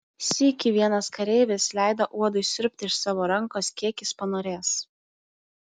sykį vienas kareivis leido uodui siurbti iš savo rankos kiek jis panorės